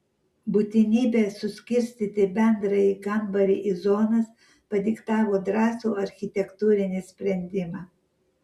būtinybė suskirstyti bendrąjį kambarį į zonas padiktavo drąsų architektūrinį sprendimą